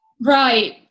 Right